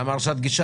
למה הרשאת גישה?